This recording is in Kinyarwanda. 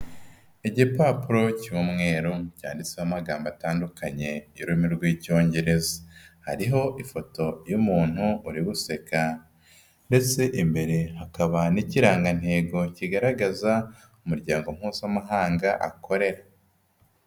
Igipapuro cy'umweru cyanditseho amagambo atandukanye y'ururimi rw'Icyongereza, hariho ifoto y'umuntu uri guseka ndetse imbere hakaba n'ikirangantego kigaragaza, umuryango mpuzamahanga akorera.